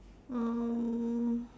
um